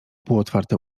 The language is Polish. półotwarte